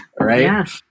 right